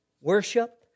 worship